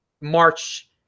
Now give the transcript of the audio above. March